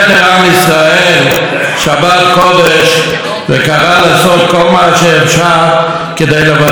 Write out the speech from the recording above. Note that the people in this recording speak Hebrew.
וקראה לעשות כל מה שאפשר כדי לבצר את חומות השבת ולמנוע חילולה".